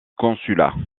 consulat